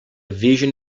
vision